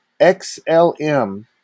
XLM